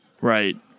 Right